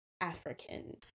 African